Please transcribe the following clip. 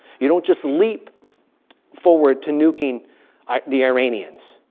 you don't just leap forward to nuking the iranians.